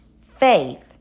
Faith